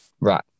Right